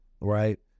Right